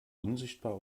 unsichtbar